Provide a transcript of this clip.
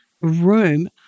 room